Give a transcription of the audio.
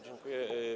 Dziękuję.